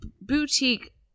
boutique